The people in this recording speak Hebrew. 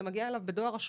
זה מגיע אליו לא בדואר רשום,